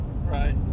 right